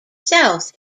south